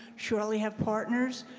surely have partners.